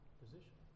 position